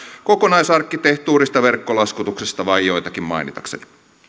kokonaisarkkitehtuurista verkkolaskutuksesta vain joitakin mainitakseni